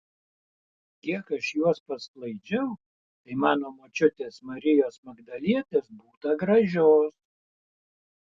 kiek aš juos pasklaidžiau tai mano močiutės marijos magdalietės būta gražios